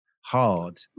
hard